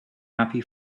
happy